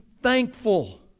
thankful